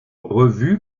revue